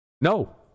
No